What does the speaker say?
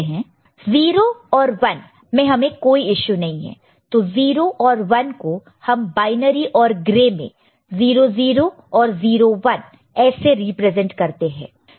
0 और 1 में हमें कोई इशू नहीं है तो 0 और 1 को हम बायनरी और ग्रे में 00 और 01 ऐसे रिप्रेजेंट करते हैं